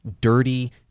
dirty